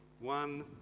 one